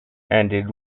ended